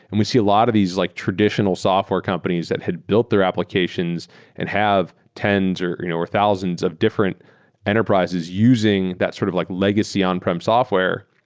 and we see a lot of these like traditional software companies that had built their applications and have tens or you know or thousands of different enterprises using that sort of like legacy on-prem software.